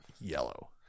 Yellow